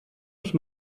als